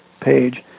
page